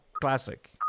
classic